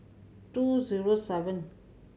two zero seven